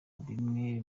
bimwe